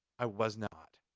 i was not.